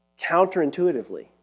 counterintuitively